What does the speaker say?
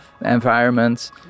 environment